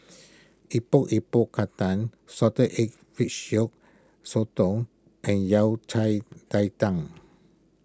Epok Epok Kentang Salted Egg Fish Yolk Sotong and Yao Cai Tang